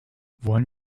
wollen